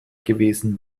gewesen